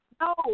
No